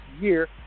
year